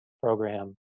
program